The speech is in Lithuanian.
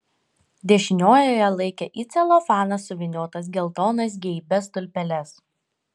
dešiniojoje laikė į celofaną suvyniotas geltonas geibias tulpeles